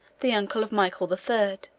the uncle of michael the third,